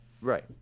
Right